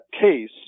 case